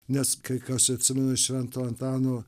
nes kai kas atsimenu švento antano